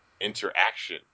interaction